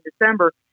december